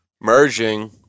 Merging